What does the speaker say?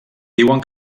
diuen